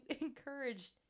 encouraged